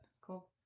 Cool